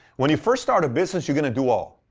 when you first start a business, you're going to do all.